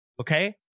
Okay